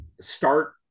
start